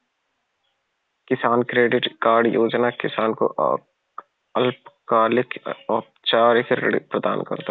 किसान credit card योजना किसान को अल्पकालिक औपचारिक ऋण प्रदान करता है